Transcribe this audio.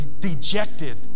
dejected